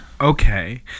Okay